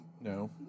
No